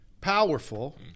powerful